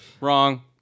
Wrong